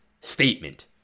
statement